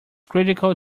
critical